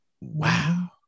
Wow